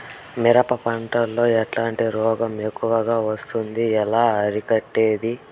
మిరప పంట లో ఎట్లాంటి రోగం ఎక్కువగా వస్తుంది? ఎలా అరికట్టేది?